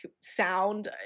sound